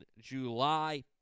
July